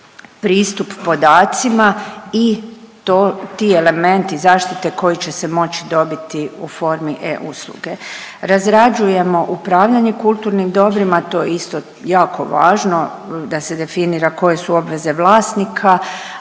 pristup podacima i to, ti elementi zaštite koji će se moći dobiti u formi e-usluge. Razrađujemo upravljanje kulturnim dobrima to je isto jako važno da se definira koje su obveze vlasnika,